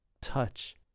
touch